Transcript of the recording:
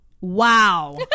Wow